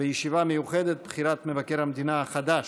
ובישיבה מיוחדת את בחירת מבקר המדינה החדש.